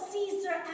Caesar